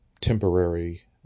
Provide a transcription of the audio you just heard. temporary